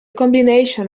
combination